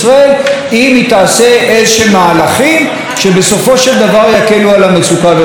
אם היא תעשה איזשהם מהלכים שבסופו של דבר יקלו על המצוקה ברצועת עזה.